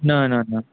न न न